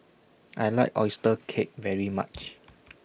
I like Oyster Cake very much